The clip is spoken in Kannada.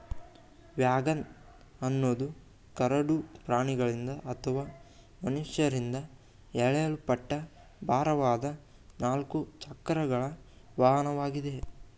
ವ್ಯಾಗನ್ ಅನ್ನೋದು ಕರಡು ಪ್ರಾಣಿಗಳಿಂದ ಅಥವಾ ಮನುಷ್ಯರಿಂದ ಎಳೆಯಲ್ಪಟ್ಟ ಭಾರವಾದ ನಾಲ್ಕು ಚಕ್ರಗಳ ವಾಹನವಾಗಿದೆ